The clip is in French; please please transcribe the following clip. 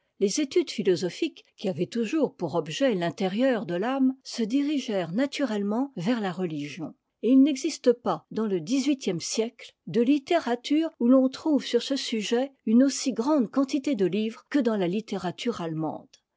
les études philosophiques qui avaient toujours pour objet l'intérieur de l'âme se dirigèrent naturellement vers la religion et il n'existe pas dans le dix-huitième siècle de littérature où l'on trouve sur ce sujet une aussi grande quantité de livres que dans la littérature allemande